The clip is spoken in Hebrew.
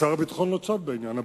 שר הביטחון לא צד בעניין,